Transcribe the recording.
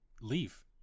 leave